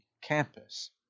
campus